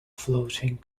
floating